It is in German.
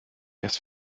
erst